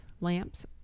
lamps